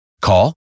Call